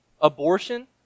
abortion